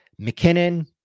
McKinnon